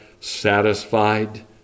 satisfied